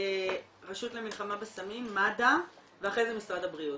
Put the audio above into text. הרשות למלחמה בסמים, מד"א ואחרי זה משרד הבריאות.